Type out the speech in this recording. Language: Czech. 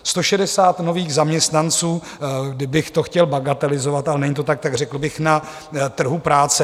160 nových zaměstnanců: kdybych to chtěl bagatelizovat ale není to tak, tak řekl bych na trhu práce.